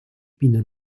pinot